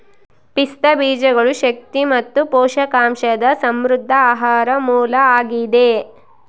ಪಿಸ್ತಾ ಬೀಜಗಳು ಶಕ್ತಿ ಮತ್ತು ಪೋಷಕಾಂಶದ ಸಮೃದ್ಧ ಆಹಾರ ಮೂಲ ಆಗಿದೆ